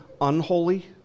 unholy